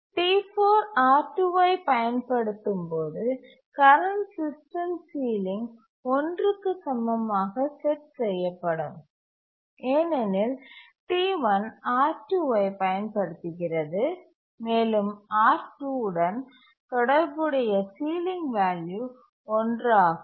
T4 R2 ஐப் பயன்படுத்தும் போது கரண்ட் சிஸ்டம் சீலிங் 1க்கு சமமாக செட் செய்யப்படும் ஏனெனில் T1 R2ஐ பயன்படுத்துகிறது மேலும் R2 உடன் தொடர்புடைய சீலிங் வேல்யூ 1 ஆகும்